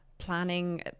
planning